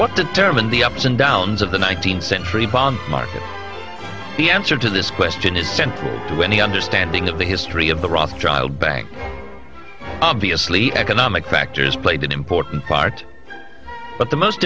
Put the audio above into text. what determine the ups and downs of the nineteenth century bond market the answer to this question is central to any understanding of the history of the rothschilds bank obviously economic factors played an important part but the most